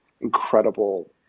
incredible